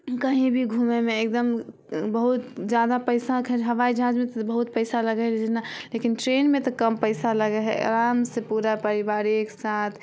कही भी घूमयमे एकदम बहुत जादा पैसा हबाइ जहाजमे बहुत पैसा लगै रहै जेना ट्रेनमे तऽ कम पैसा लगै हइ आराम से पूरा परिवार एक साथ